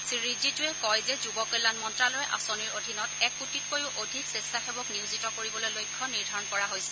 শ্ৰীৰিজিজুৱে কয় যে যুৱ কল্যাণ মন্ত্যালয়ৰ আঁচনিৰ অধীনত এক কোটিতকৈও অধিক স্বেচ্ছাসেৰক নিয়োজিত কৰিবলৈ লক্ষ্য নিৰ্ধাৰণ কৰা হৈছে